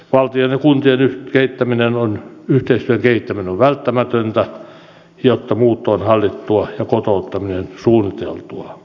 valtion ja kuntien yhteistyön kehittäminen on välttämätöntä jotta muutto on hallittua ja kotouttaminen suunniteltua